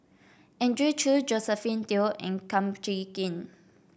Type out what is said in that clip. Andrew Chew Josephine Teo and Kum Chee Kin